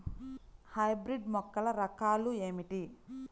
Hybrid మొక్కల రకాలు ఏమిటి?